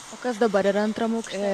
o kas dabar yra antram aukšte